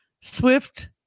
Swift